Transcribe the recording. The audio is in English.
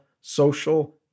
social